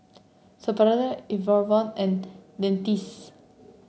Supravit Enervon and Dentiste